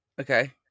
Okay